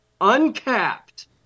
uncapped